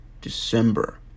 December